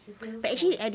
she feels cold